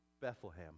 Bethlehem